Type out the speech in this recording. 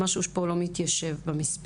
משהו פה לא מתיישב במספרים.